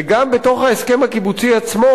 וגם בתוך ההסכם הקיבוצי עצמו,